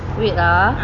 wait ah